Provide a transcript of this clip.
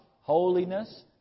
holiness